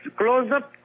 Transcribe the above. close-up